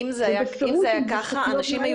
זה בפירוש --- אם זה היה ככה אנשים היו